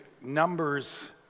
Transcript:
Numbers